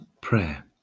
prayer